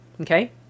Okay